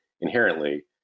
inherently